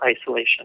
isolation